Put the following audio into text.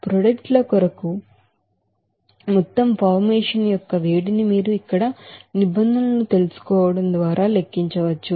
product ల కొరకు మొత్తం ఫార్మేషన్ యొక్క వేడిమి మీరు ఇక్కడ నిబంధనలను తెలుసుకోవడం ద్వారా లెక్కించవచ్చు